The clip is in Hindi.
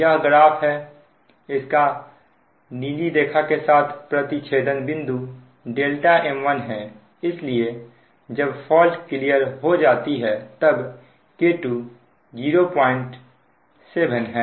यह ग्राफ है इसका नीली रेखा के साथ प्रति छेदन बिंदु m1 है इसलिए जब फॉल्ट क्लियर हो जाती है तब K2 07 है